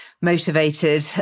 Motivated